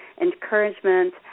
encouragement